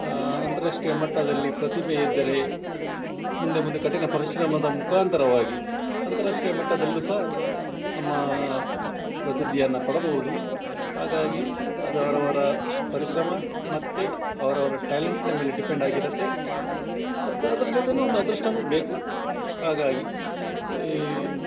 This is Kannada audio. ಅಂತಾರಾಷ್ಟ್ರೀಯ ಮಟ್ಟದಲ್ಲಿ ಪ್ರತಿಭೆ ಇದ್ದರೆ ಮುಂದೆ ಮುಂದೆ ಕಠಿಣ ಪರಿಶ್ರಮದ ಮುಖಾಂತರವಾಗಿ ಅಂತಾರಾಷ್ಟ್ರೀಯ ಮಟ್ಟದಲ್ಲೂ ಸಹ ನಮ್ಮ ಪ್ರಸಿದ್ಧಿಯನ್ನು ಪಡಬೋದು ಹಾಗಾಗಿ ಅದು ಅವರವರ ಪರಿಶ್ರಮ ಮತ್ತು ಅವರವರ ಟ್ಯಾಲೆಂಟ್ನ ಮೇಲೆ ಡಿಪೆಂಡಾಗಿರುತ್ತೆ ಮತ್ತೆ ಅದರ ಜೊತೆನೂ ಒಂದು ಅದೃಷ್ಟನೂ ಬೇಕು ಹಾಗಾಗಿ ಈ